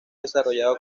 desarrollado